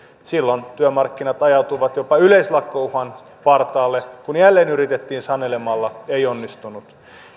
työmarkkinat ajautuivat jopa yleislakkouhan partaalle kun jälleen yritettiin sanelemalla ei onnistunut